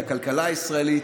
את הכלכלה הישראלית,